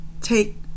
take